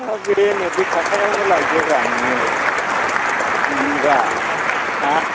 हा बे नोबबै थाखायावनो लायदोब्रा नोङो मोनोब्ला हा